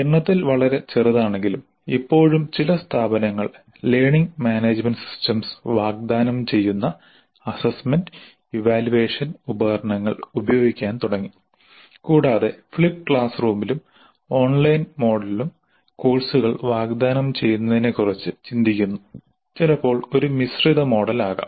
എണ്ണത്തിൽ വളരെ ചെറുതാണെങ്കിലും ഇപ്പോഴും ചില സ്ഥാപനങ്ങൾ ലേണിംഗ് മാനേജ്മെന്റ് സിസ്റ്റംസ് എൽഎംഎസ് വാഗ്ദാനം ചെയ്യുന്ന അസ്സസ്സ്മെന്റ് ഇവാല്യുവേഷൻ ഉപകരണങ്ങൾ ഉപയോഗിക്കാൻ തുടങ്ങി കൂടാതെ ഫ്ലിപ്പ് ക്ലാസ് റൂമിലും ഓൺലൈൻ മോഡിലും കോഴ്സുകൾ വാഗ്ദാനം ചെയ്യുന്നതിനെക്കുറിച്ച് ചിന്തിക്കുന്നു ചിലപ്പോൾ ഒരു മിശ്രിത മോഡൽ ആകാം